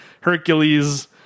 Hercules